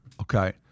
okay